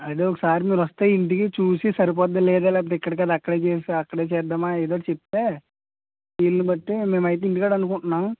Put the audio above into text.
అదే ఒకసారి మీరు వస్తే ఇంటికి చూసి సరిపోద్దో లేదో లేకపోతే ఇక్కడ కాదు అక్కడ అక్కడే చేద్దామా ఏదో ఒకటి చెప్తే వీలును బట్టి మేము అయితే ఇంటికాడ అనుకుంటున్నాం